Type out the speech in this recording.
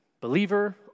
Believer